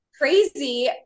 crazy